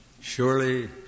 Surely